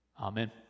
amen